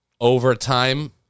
overtime